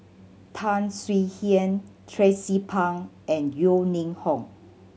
Tan Swie Hian Tracie Pang and Yeo Ning Hong